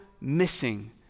missing